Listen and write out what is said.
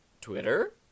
Twitter